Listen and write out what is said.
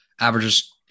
averages